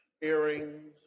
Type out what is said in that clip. Earrings